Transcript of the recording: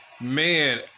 man